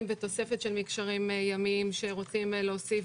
ותוספת של מקשרים ימיים שרוצים להוסיף.